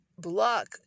block